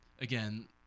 again